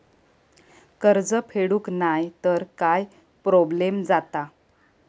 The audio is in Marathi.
कर्ज फेडूक नाय तर काय प्रोब्लेम जाता?